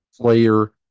player